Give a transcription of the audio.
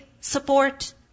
support